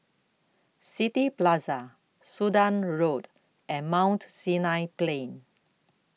City Plaza Sudan Road and Mount Sinai Plain